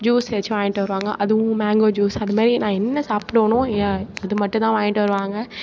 juice எதாச்சும் வாங்கிகிட்டு வருவாங்க அதுவும் மேங்கோ ஜூஸ் அதுமாதிரி நான் என்ன சாப்பிடுவேனோ அது மட்டும் தான் வாங்கிகிட்டு வருவாங்க